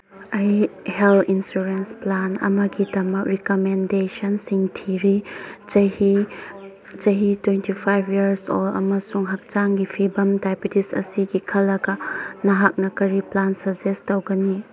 ꯑꯩ health insurance plan ꯑꯃꯒꯤꯗꯃꯛ ꯔꯤꯀꯃꯦꯟꯗꯦꯁꯟꯁꯤꯡ ꯊꯤꯔꯤ ꯆꯍꯤ ꯆꯍꯤ ꯇ꯭ꯋꯦꯟꯇꯤ ꯐꯥꯏꯚ ꯏꯌꯔꯁ ꯑꯣꯜ ꯑꯃꯁꯨꯡ ꯍꯛꯆꯥꯡꯒꯤ ꯐꯤꯕꯝ ꯗꯥꯏꯕꯤꯇꯤꯁ ꯑꯁꯤꯒꯤ ꯈꯜꯂꯒ ꯅꯍꯥꯛꯅ ꯀꯔꯤ ꯄ꯭ꯂꯥꯟ ꯁꯖꯦꯁ ꯇꯧꯒꯅꯤ